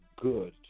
good